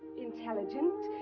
intelligent,